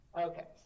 Okay